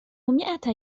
مئة